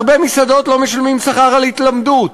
בהרבה מסעדות לא משלמים שכר על התלמדות